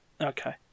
Okay